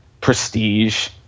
prestige